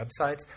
websites